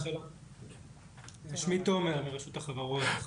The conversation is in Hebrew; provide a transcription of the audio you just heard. שמי תומר מרשות החברות.